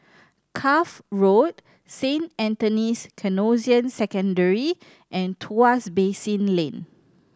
Cuff Road Saint Anthony's Canossian Secondary and Tuas Basin Lane